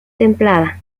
templada